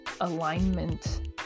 alignment